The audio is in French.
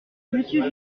monsieur